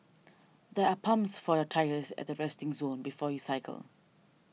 there are pumps for your tyres at the resting zone before you cycle